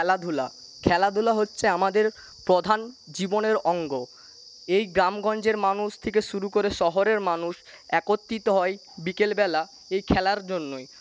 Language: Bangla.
খেলাধূলা খেলাধূলা হচ্ছে আমাদের প্রধান জীবনের অঙ্গ এই গ্রামগঞ্জের মানুষ থেকে শুরু করে শহরের মানুষ একত্রিত হয় বিকেলবেলা এই খেলার জন্যই